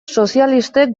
sozialistek